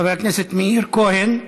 חבר הכנסת מאיר כהן,